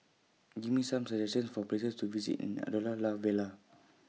Give Me Some suggestions For Places to visit in Andorra La Vella